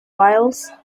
wales